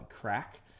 crack